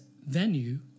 venue